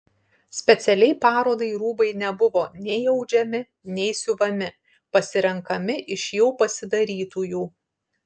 specialiai parodai rūbai nebuvo nei audžiami nei siuvami pasirenkami iš jau pasidarytųjų